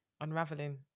unraveling